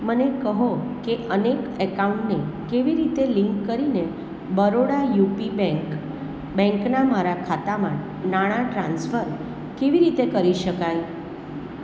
મને કહો કે અનેક એકાઉન્ટને કેવી રીતે લિંક કરીને બરોડા યુપી બેંક બેંકના મારા ખાતામાં નાણા ટ્રાન્સફર કેવી રીતે કરી શકાય